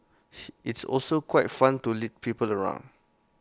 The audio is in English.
it's also quite fun to lead people around